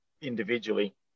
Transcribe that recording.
individually